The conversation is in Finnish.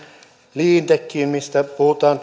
cleantechiin mistä puhutaan